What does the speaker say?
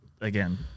again